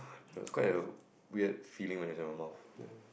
that's quite a weird feeling when it's in your mouth